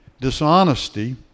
dishonesty